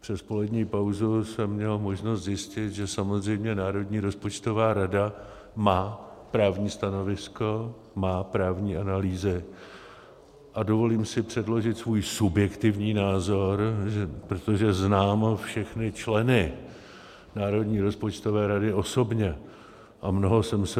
Přes polední pauzu jsem měl možnost zjistit, že samozřejmě Národní rozpočtová rada má právní stanovisko, má právní analýzy, a dovolím si předložit svůj subjektivní názor, protože znám všechny členy Národní rozpočtové rady osobně a mnoho jsem se od nich naučil.